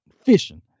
fishing